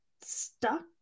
stuck